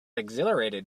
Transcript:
exhilarated